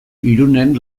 irunen